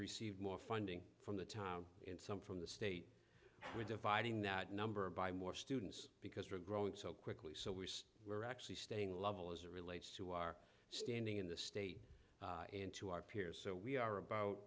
received more funding from the time and some from the state we're dividing that number by more students because we're growing so quickly so we were actually staying level as it relates to our standing in the state and to our peers so we are